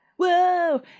Whoa